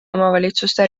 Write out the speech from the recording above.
omavalitsuste